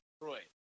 Detroit